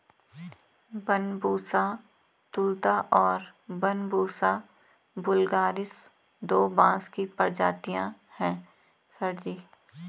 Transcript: Bambusa tulda और Bambusa vulgaris दो बांस की प्रजातियां हैं सर जी